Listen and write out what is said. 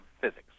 physics